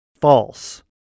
False